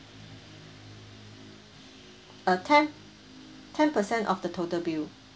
uh ten ten percent of the total bill